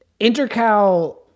intercal